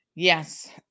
Yes